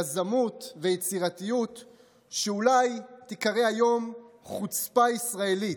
יזמות ויצירתיות שאולי ייקרא היום "חוצפה ישראלית",